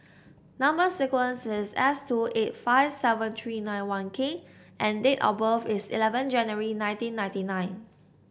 number sequence is S two eight five seven three nine one K and date of birth is eleven January nineteen ninety nine